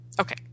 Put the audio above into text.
Okay